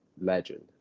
legend